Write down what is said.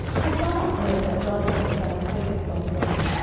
hast thou not heard that adonijah the son of haggith doth reign,